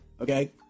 okay